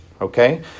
okay